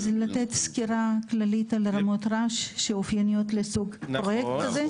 אז לתת סקירה כללית על רמות רעש שאופייניות לסוג פרויקט כזה?